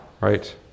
right